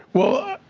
well,